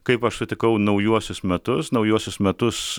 kaip aš sutikau naujuosius metus naujuosius metus